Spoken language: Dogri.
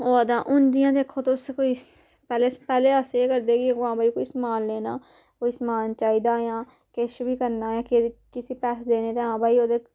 होआ दा हून जियां दिक्खो तुस कोई पैह्ले पैह्ले अस एह् करदे के हां भई कोई समान लैना कोई समान चाहिदा जां किश बी करना ऐ किसें पैहे देने हां भई